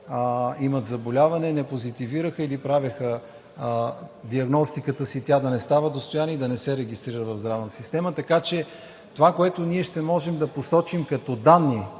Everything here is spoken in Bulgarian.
имат заболяване, не позитивираха или правеха диагностиката си тя да не става достояние и да не се регистрира в здравната система. Така че това, което ние ще можем да посочим като данни